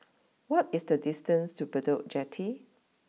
what is the distance to Bedok Jetty